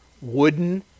Wooden